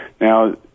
Now